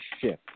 shift